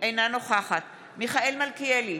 אינה נוכחת מיכאל מלכיאלי,